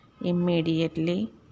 immediately